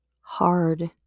hard